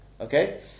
okay